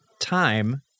time